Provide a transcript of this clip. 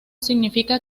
significa